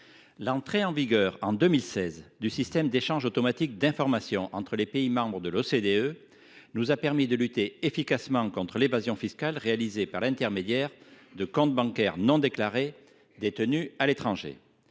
L’entrée en vigueur en 2016 du système d’échange automatique d’informations entre les pays membres de l’OCDE nous a permis de lutter efficacement contre l’évasion fiscale réalisée par l’intermédiaire de comptes bancaires non déclarés détenus à l’étranger.